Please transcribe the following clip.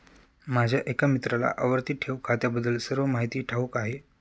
माझ्या एका मित्राला आवर्ती ठेव खात्याबद्दल सर्व माहिती ठाऊक आहे